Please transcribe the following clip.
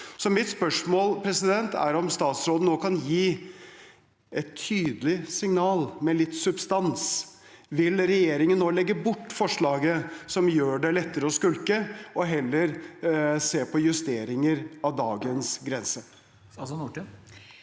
Mitt spørsmål er om statsråden nå kan gi et tydelig signal med litt substans. Vil regjeringen nå legge bort forslaget som gjør det lettere å skulke, og heller se på justeringer av dagens grense?